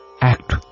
Act